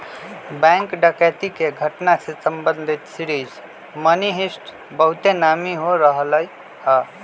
bank डकैती के घटना से संबंधित सीरीज मनी हीस्ट बहुते नामी हो रहल हइ